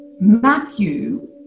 Matthew